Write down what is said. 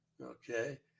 okay